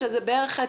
זה בערך חצי,